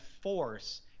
force